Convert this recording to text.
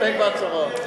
מסתפק בהצהרה.